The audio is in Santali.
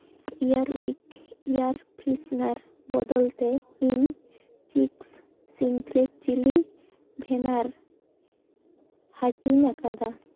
ᱤᱭᱟᱨ ᱩᱭᱤᱠ ᱤᱭᱟᱨ ᱯᱷᱨᱮᱥᱱᱟᱨ ᱵᱚᱫᱚᱞ ᱛᱮ ᱤᱧ ᱪᱤᱝᱠᱥ ᱥᱤᱠᱨᱮᱴ ᱪᱤᱞᱤ ᱵᱷᱮᱱᱟᱨ ᱦᱟᱹᱴᱤᱧ ᱟᱠᱟᱫᱟ